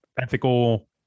ethical